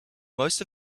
most